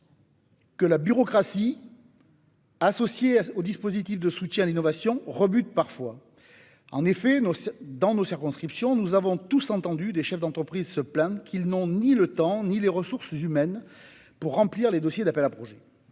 par la bureaucratie associée au dispositif de soutien à l'innovation. Dans nos circonscriptions, nous avons tous entendu des chefs d'entreprise se plaindre qu'ils n'avaient ni le temps ni les ressources humaines pour remplir les dossiers d'appels à projets.